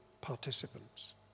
participants